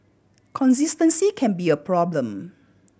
consistency can be a problem